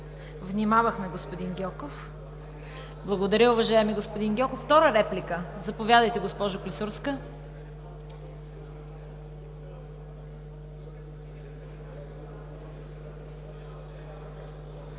Внимавахме, господин Гьоков. Благодаря, уважаеми господин Гьоков. Втора реплика? Заповядайте, госпожо Клисурска.